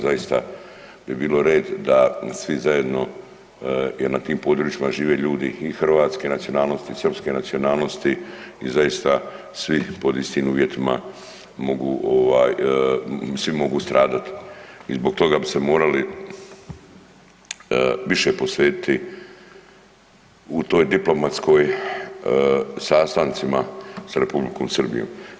Zaista bi bilo red da svi zajedno jer na tim područjima žive ljudi i hrvatske nacionalnosti i srpske nacionalnosti i zaista svi pod istim uvjetima svi mogu stradati i zbog toga bi se morali više posvetiti u tim diplomatskim sastancima Republikom Srbijom.